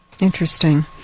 Interesting